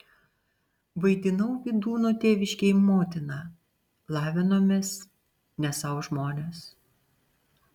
vaidinau vydūno tėviškėj motiną lavinomės ne sau žmonės